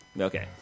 Okay